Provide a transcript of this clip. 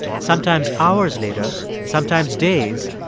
sometimes hours later, sometimes days,